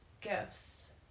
Gifts